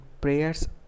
prayers